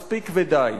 מספיק ודי.